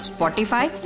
Spotify